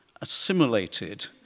assimilated